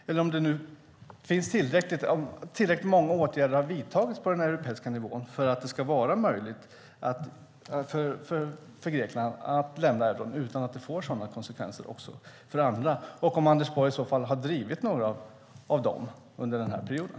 Har nu tillräckligt många åtgärder vidtagits på den europeiska nivån för att det ska vara möjligt för Grekland att lämna euron utan att det får konsekvenser också för andra? Har Anders Borg i så fall drivit några av dem under den här perioden?